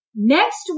Next